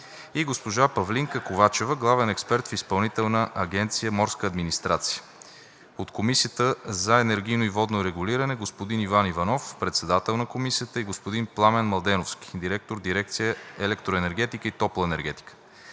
и госпожа Павлинка Ковачева, главен експерт в Изпълнителна агенция „Морска администрация“, от Комисията за енергийно и водно регулиране – господин Иван Иванов, председател на Комисията, и господин Пламен Младеновски, директор на дирекция „Електроенергетика и топлоенергетика“;